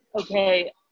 okay